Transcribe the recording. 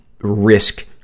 risk